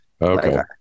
Okay